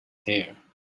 there